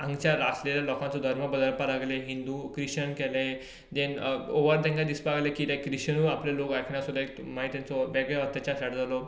हांगाच्या आशिल्ल्या लोकांचो धर्म बदलपाक लागले हिंदूंक क्रिश्चन केले गोवा तांकां दिसपाक लागलें की ते